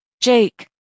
Jake